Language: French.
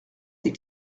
tes